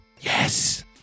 Yes